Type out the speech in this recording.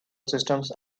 systems